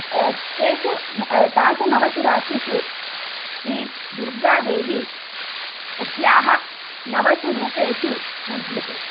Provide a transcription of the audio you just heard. तेषु तासु नवसु रात्रिषु श्रीदुर्गादेवी तस्याः नवसु रूपेषु पूज्यते